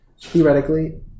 theoretically